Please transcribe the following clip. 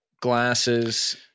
glasses